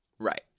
Right